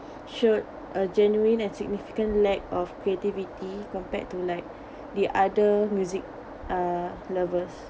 showed uh genuine and significant lack of creativity compared to like the other music uh lovers